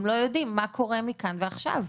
הם לא יודעים מה קורה מכאן ועכשיו.